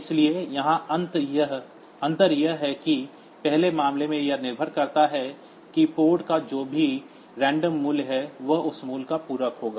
इसलिए यहां अंतर यह है कि पहले मामले में यह निर्भर करता है कि पोर्ट का जो भी यादृच्छिक मूल्य है वह उस मूल्य का पूरक होगा